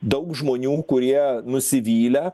daug žmonių kurie nusivylę